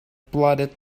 plodded